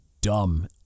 dumb